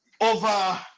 over